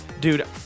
Dude